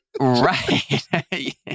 Right